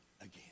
again